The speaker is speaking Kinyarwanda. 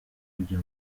kujya